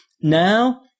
Now